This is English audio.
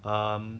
um